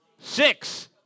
six